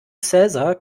cäsar